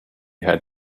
had